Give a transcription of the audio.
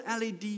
LED